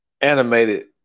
animated